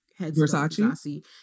Versace